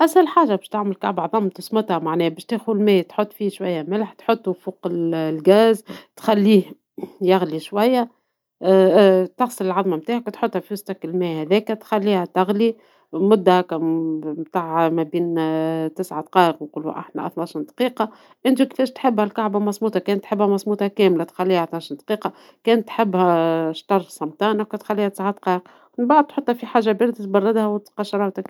أسهل حاجة باش تعمل كعبة عظم تسمطها معناها باش تأخذ ماء تحط فيه شوية ملح تحطو فوق الغاز تخليه يغلي شوية تغسل العظمة نتاعك وتحطها في وسط الما هذاكا وتخليها تغلي المدة نتاع مابين 9 دقايق نقولو احنا حتى 12 دقيقة ، أنت وكفاش تحبها الكعبة مسموطة ، كان تحبها مسموطة كاملة تخليها 12 دقيقة ، كان تحبها شطر سامطة تخليها 9 دقايق ، من بعد تحطها في حاجة بردت تبردها وتقشرها وتأكل